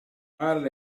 parla